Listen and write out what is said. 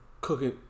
cooking